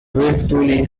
wilfully